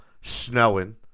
snowing